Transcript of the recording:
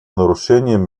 нарушением